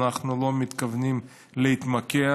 אנחנו לא מתכוונים להתמקח.